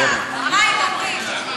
מה הם אומרים.